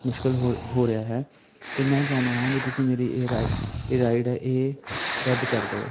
ਮੁਸ਼ਕਿਲ ਹੋ ਹੋ ਰਿਹਾ ਹੈ ਅਤੇ ਮੈਂ ਚਾਹੁੰਦਾ ਹਾਂ ਵੀ ਤੁਸੀਂ ਮੇਰੀ ਇਹ ਰਾ ਇਹ ਰਾਈਡ ਇਹ ਰੱਦ ਕਰ ਦਿਓ